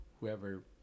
whoever